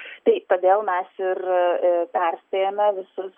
tai todėl mes ir ir perspėjame visus